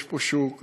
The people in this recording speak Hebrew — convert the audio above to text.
יש פה שוק,